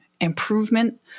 improvement